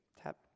Tap